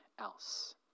else